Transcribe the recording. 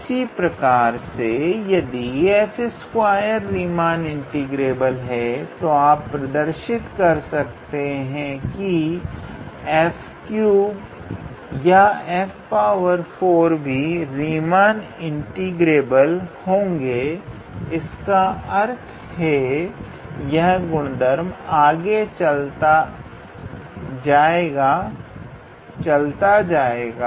इसी प्रकार से यदि 𝑓2 रीमान इंटीग्रेबल है तो आप यह प्रदर्शित कर सकते हैं कि 𝑓3 या 𝑓4 भी रीमान इंटीग्रेबल होंगे इसका अर्थ है यह गुणधर्म आगे चलता जाएगा चलता जाएगा